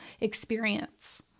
experience